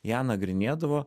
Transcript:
ją nagrinėdavo